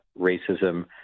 racism